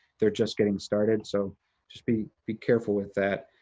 they're just getting started, so just be be careful with that.